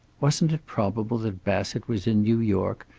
wasn't it probable that bassett was in new york,